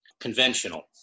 conventional